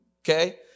okay